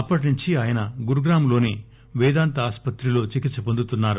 అప్పటినుంచి ఆయన గురుగ్రామ్లోని పేదాంత ఆస్పత్రిలో చికిత్ప పొందుతున్నారు